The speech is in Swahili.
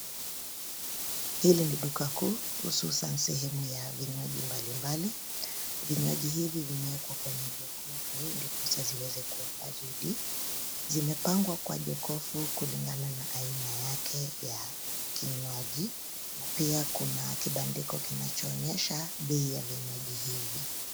Hili ni duka kuu hususan sehemu ya vinywaji mbali mbali, vinywaji hivi vimewekwa kwenye jokofu ndiposa ziweze kuwa baridi. Zimepangwa kwa jokofu kulingana na haina yake ya kinywaji na pia kuna kibandiko kinacho onyesha bei ya vinywaji hivi.